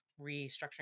restructuring